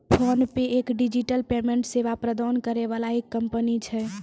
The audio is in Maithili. फोनपे एक डिजिटल पेमेंट सेवा प्रदान करै वाला एक कंपनी छै